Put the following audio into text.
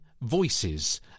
voices